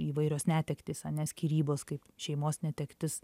įvairios netektys ane skyrybos kaip šeimos netektis